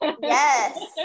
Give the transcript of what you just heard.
Yes